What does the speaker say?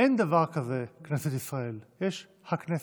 אין דבר כזה "כנסת ישראל" יש "הכנסת".